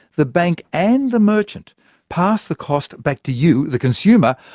the bank and the merchant pass the cost back to you, the consumer,